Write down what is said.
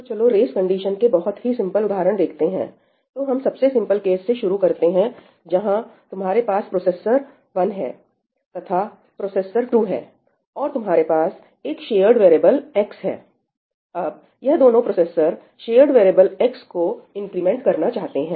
तो चलो race condition के बहुत ही सिंपल उदाहरण देखते हैं तो हम सबसे सिंपल केस से शुरू करते हैं जहां तुम्हारे पास प्रोसेसर 1 है तथा प्रोसेसर 2 है और तुम्हारे पास एक शेयर्ड वेरीएबल x है अब यह दोनों प्रोसेसर शेयर्ड वेरीएबल x को इंक्रीमेंट करना चाहते हैं